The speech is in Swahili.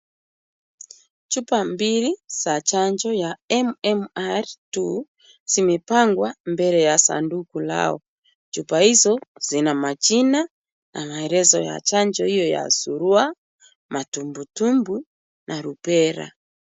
Chupa mbili za chanjo ya MMR2 zimepangwa mbele ya sanduku lao. Chupa hizo zina majina na maelezo ya chanjo hiyo ya surua, matumbutumbu na lupera .